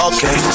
Okay